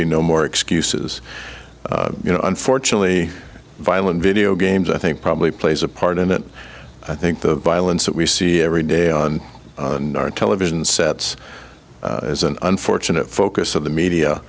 be no more excuses you know unfortunately violent video games i think probably plays a part in it i think the violence that we see every day on our television sets is an unfortunate focus of the media